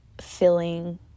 filling